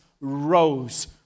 rose